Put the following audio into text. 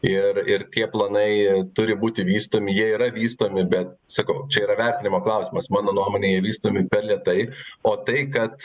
ir ir tie planai turi būti vystomi jie yra vystomi bet sakau čia yra vertinimo klausimas mano nuomone jie vystomi per lėtai o tai kad